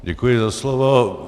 Děkuji za slovo.